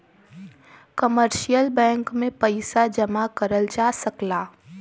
commercial bank में पइसा जमा करल जा सकला